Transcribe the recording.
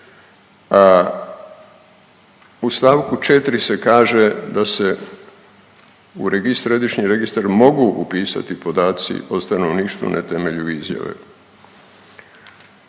u st. 4 se kaže da se u registar, Središnji registar mogu upisati podaci na temelju izjave.